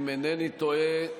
אם אינני טועה,